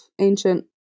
ancient